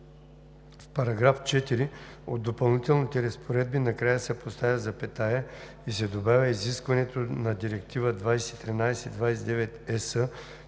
В § 4 от Допълнителните разпоредби накрая се поставя запетая и се добавя „изискванията на Директива 2013/29/ЕС